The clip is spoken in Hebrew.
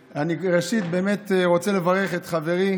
ראשית, אני באמת רוצה לברך את חברי